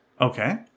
Okay